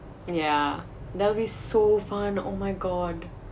ya that will be so fun oh my god